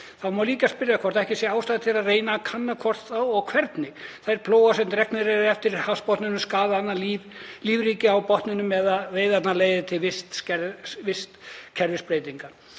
Þá má líka spyrja hvort ekki sé ástæða til að reyna að kanna hvort og þá hvernig þeir plógar sem dregnir eru eftir hafsbotninum skaða annað lífríki á botninum eða hvort veiðarnar leiði til vistkerfisbreytinga.